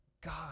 God